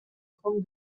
trente